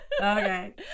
Okay